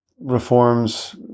reforms